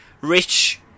rich